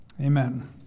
Amen